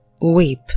Weep